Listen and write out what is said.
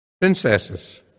princesses